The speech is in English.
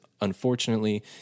unfortunately